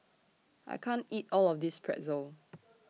I can't eat All of This Pretzel